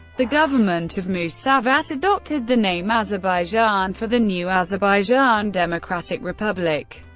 the government of musavat adopted the name azerbaijan for the new azerbaijan democratic republic,